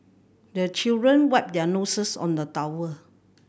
the children wipe their noses on the towel